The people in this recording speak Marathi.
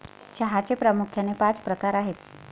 चहाचे प्रामुख्याने पाच प्रकार आहेत